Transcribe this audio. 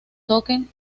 token